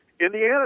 Indiana